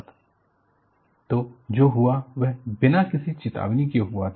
discussion on Boston molasses failure तो जो हुआ वह बिना किसी चेतावनी के हुआ था